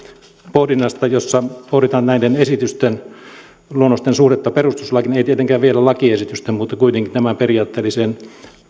pohdintaa jossa pohditaan näiden esitysten luonnosten suhdetta perustuslakiin ei tietenkään vielä lakiesityksen mutta kuitenkin tämän periaatteellisen